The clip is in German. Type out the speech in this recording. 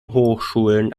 hochschulen